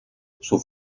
sus